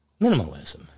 minimalism